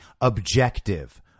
objective